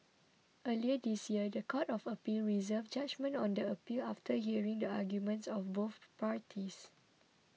earlier this year the Court of Appeal reserved judgement on the appeal after hearing the arguments of both parties